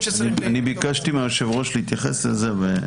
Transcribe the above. אני ביקשתי מהיושב-ראש להתייחס לזה.